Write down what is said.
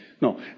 No